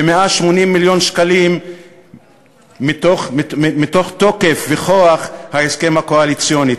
180 מיליון שקלים מתוך תוקף וכוח ההסכם הקואליציוני,